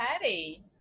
patty